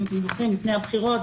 אם אתם זוכרים לפני הבחירות,